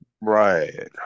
Right